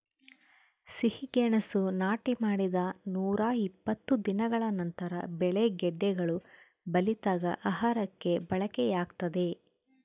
ಸಿಹಿಗೆಣಸು ನಾಟಿ ಮಾಡಿದ ನೂರಾಇಪ್ಪತ್ತು ದಿನಗಳ ನಂತರ ಬೆಳೆ ಗೆಡ್ಡೆಗಳು ಬಲಿತಾಗ ಆಹಾರಕ್ಕೆ ಬಳಕೆಯಾಗ್ತದೆ